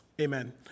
amen